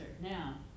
Now